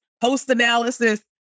post-analysis